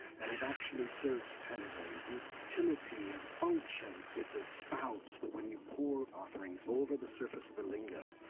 and it actually serves kind of a utility of function. it's a spout that, when you pour offerings over the surface of the linga,